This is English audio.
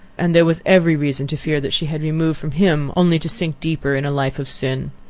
and there was every reason to fear that she had removed from him only to sink deeper in a life of sin.